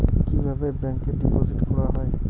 কিভাবে ব্যাংকে ডিপোজিট করা হয়?